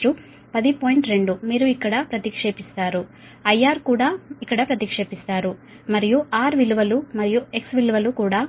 2 మీరు ఇక్కడ ప్రతిక్షేపిస్తారు IR కూడా మీరు ఇక్కడ ప్రతిక్షేపిస్తారు మరియు R విలువలు మరియు X విలువలు కూడా